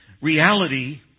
reality